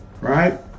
right